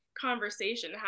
conversation